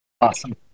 Awesome